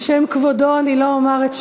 לשם כבודו אני לא אומר את שמו,